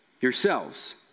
yourselves